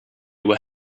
were